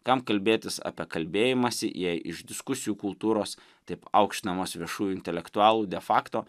kam kalbėtis apie kalbėjimąsi jei iš diskusijų kultūros taip aukštinamos viešųjų intelektualų de facto